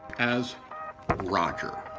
as roger.